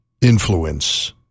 influence